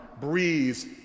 breeze